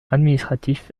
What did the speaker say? administratif